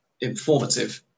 informative